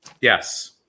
Yes